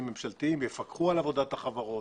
הממשלתיים יפקחו על עבודת החברות,